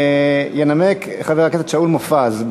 ינמק חבר הכנסת שאול מופז.